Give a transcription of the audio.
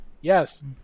Yes